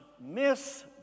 miss